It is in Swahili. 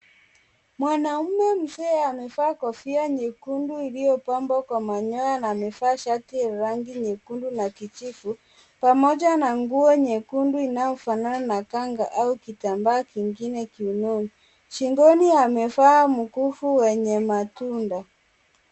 Mwanamume mzee amevaa kofia nyekundu iliyopambwa kwa manyoa na amevaa shati yenye rangi nyekundu na kijivu, pamoja na nguo nyekundu inayofanana na kanga au kitambaa kingine kiunoni. Shingoni amevaa mkufu wenye matunda.